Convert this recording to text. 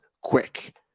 quick